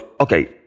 okay